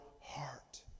heart